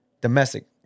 Domestic